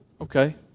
Okay